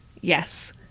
Yes